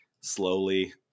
slowly